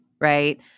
right